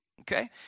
okay